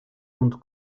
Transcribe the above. und